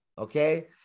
okay